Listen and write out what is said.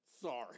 Sorry